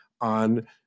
on